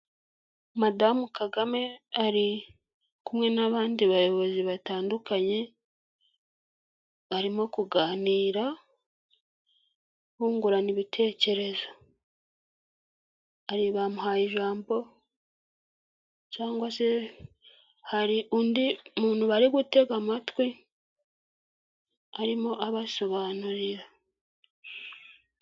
Madamu Kagame ari kumwe n'abandi bayobozi batandukanye, barimo kuganira bungurana ibitekerezo, bamuhaye ijambo cyangwa se hari undi muntu bari gutega amatwi arimo abasobanurira.